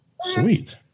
Sweet